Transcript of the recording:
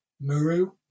Muru